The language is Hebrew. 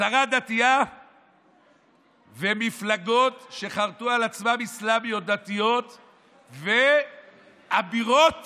שרה דתייה ומפלגות אסלאמיות דתיות ואבירות